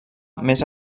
més